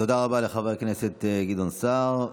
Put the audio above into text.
תודה רבה לחבר הכנסת גדעון סער.